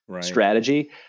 strategy